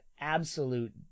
absolute